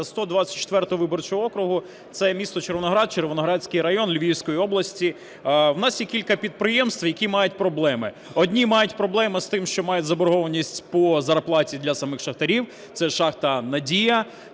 124 виборчого округу, це місто Червоноград Червоноградський район Львівської області. У нас є кілька підприємств, які мають проблеми. Одні мають проблеми з тим, що мають заборгованість по зарплаті для самих шахтарів, - це шахта "Надія".